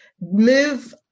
move